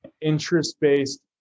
interest-based